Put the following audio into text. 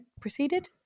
proceeded